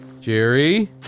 Jerry